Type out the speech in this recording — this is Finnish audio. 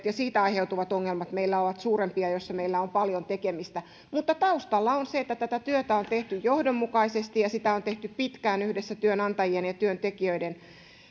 ja niistä aiheutuvat ongelmat meillä ovat suurempia ja siinä meillä on paljon tekemistä mutta taustalla on se että tätä työtä on tehty johdonmukaisesti ja sitä on tehty pitkään yhdessä työnantajien ja työntekijöiden